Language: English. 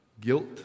guilt